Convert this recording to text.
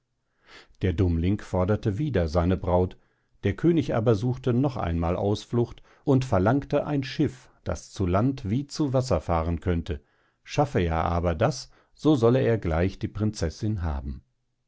der dummling forderte wieder seine braut der könig aber suchte noch einmal ausflucht und verlangte ein schiff das zu land wie zu wasser fahren könnte schaffe er aber das dann solle er gleich die prinzessin haben